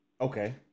Okay